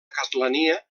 castlania